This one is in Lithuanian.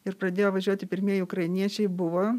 ir pradėjo važiuoti pirmieji ukrainiečiai buvo